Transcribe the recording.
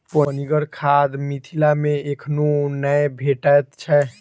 पनिगर खाद मिथिला मे एखनो नै भेटैत छै